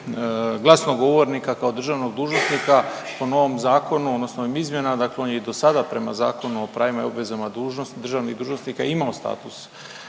glasnogovornika kao državnog dužnosnika, po novom zakonu odnosno izmjena, dakle on je i do sada prema Zakonu o pravima i obvezama državnih dužnosnika imao status